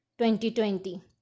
2020